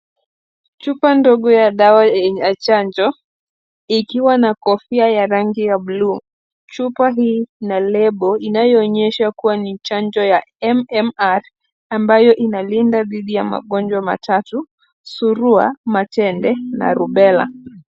Chupa ndogo ya dawa yenye chanjo, ikiwa na kofia ya rangi ya buluu , chupa hii ina lebo inayoonyesha ya kuwa ni chanjo ya MMR , ambayo inalinda dhidi ya magonjwa matatu, surua , matende na rubella.